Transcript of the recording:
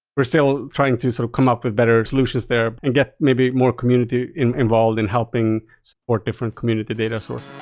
we're still trying to sort of come up with better solutions there and get maybe more community involved and helping support different community data sources.